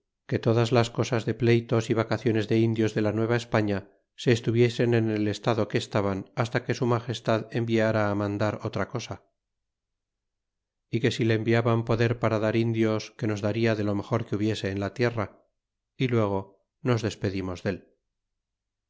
que todas las cosas de pleytos y vacaciones de indios de la nuevaespaña se estuviesen en el estado que estaban hasta que su magestad enviara á mandar otra cosa y que si le enviaban poder para dar indios que nos daria de lo mejor que hubiese en la tierra y luego nos despedimos dél